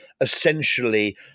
essentially